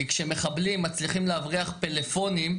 כי כשמחבלים מצליחים להבריח פלאפונים,